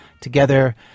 together